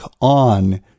on